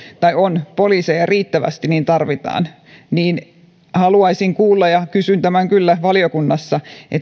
on poliiseja riittävästi tätä tarvitaan haluaisin kuulla ja kysyn tämän kyllä valiokunnassa